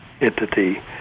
entity